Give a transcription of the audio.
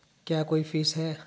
क्या कोई फीस है?